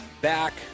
back